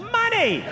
money